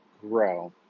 grow